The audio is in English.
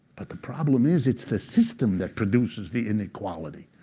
but the problem is, it's the system that produces the inequality,